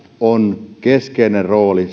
on keskeinen rooli